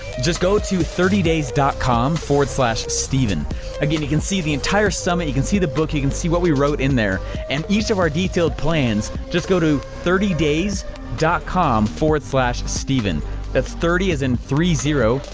just go to thirty days dot com slash stephen again you can see the entire summit, you can see the book, you can see what we wrote in there and each of our detailed plans, just go to thirty days dot com slash stephen that's thirty as in three zero,